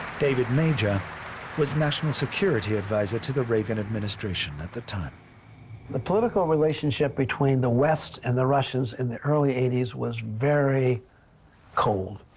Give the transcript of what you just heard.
david major was national security advisor to the reagan administration at the time. major the political relationship between the west and the russians in the early eighty s was very cold.